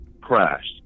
crashed